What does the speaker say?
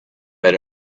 that